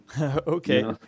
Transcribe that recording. Okay